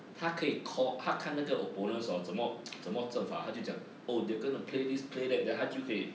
他可以 call 他看那个 opponents hor 怎么 怎么做法他就讲 oh they're gonna play this play that then 他就可以